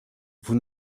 vous